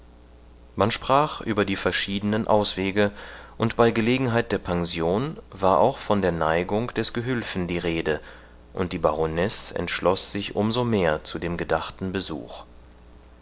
man sprach über die verschiedenen auswege und bei gelegenheit der pension war auch von der neigung des gehülfen die rede und die baronesse entschloß sich um so mehr zu dem gedachten besuch